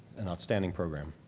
an outstanding program.